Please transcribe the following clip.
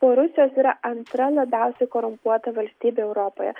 po rusijos yra antra labiausiai korumpuota valstybė europoje